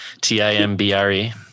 T-I-M-B-R-E